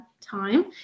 time